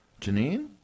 Janine